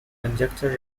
conjecture